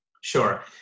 Sure